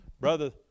brother